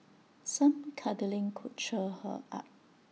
some cuddling could cheer her up